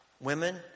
women